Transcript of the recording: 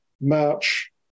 march